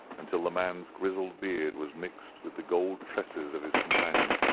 until the man's grizzled beard was mixed with the gold tresses of his companion,